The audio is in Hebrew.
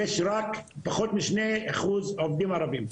יש רק פחות מ- 2% עובדים ערבים.